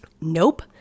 nope